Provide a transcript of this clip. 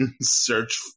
search